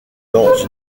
dans